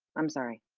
i'm sorry.